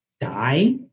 die